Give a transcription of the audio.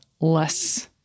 less